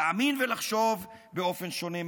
להאמין ולחשוב באופן שונה מהרוב.